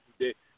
today